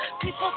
People